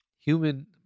human